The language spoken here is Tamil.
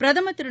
பிரதமர் திரு